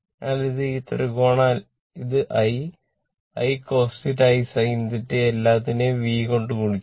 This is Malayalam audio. അതിനാൽ ഇത് ഈ ത്രികോണം ഇത് I I cos θ I sin θ ഈ എല്ലാത്തിനെയും V കൊണ്ട് ഗുണിക്കുക